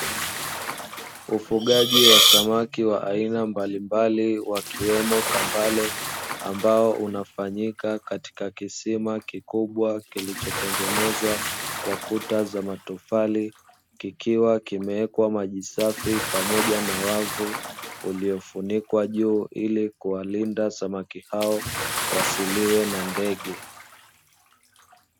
Ufugaji wa samaki wa aina mbalimbali wakiwemo kambale, ambao unafanyika katika kisima kikubwa kilichotengenezwa kwa kuta za matofali, kikiwa kimewekwa maji safi pamoja na wavu uliofunikwa juu ili kuwalinda samaki hao wasiliwe na ndege.